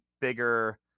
bigger